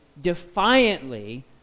defiantly